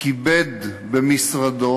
כיבד במשרדו